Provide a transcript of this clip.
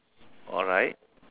alright